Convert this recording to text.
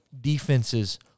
defenses